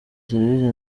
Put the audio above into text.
serivisi